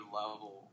level